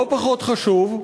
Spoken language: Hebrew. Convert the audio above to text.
לא פחות חשוב,